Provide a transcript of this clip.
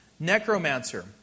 Necromancer